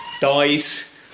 dies